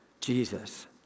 Jesus